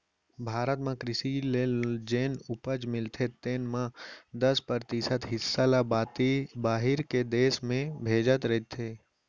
भारत म कृसि ले जेन उपज मिलथे तेन म दस परतिसत हिस्सा ल बाहिर के देस में भेजत हें